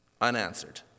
unanswered